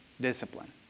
discipline